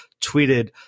tweeted